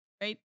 right